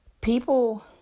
people